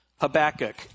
Habakkuk